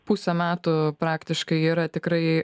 pusę metų praktiškai yra tikrai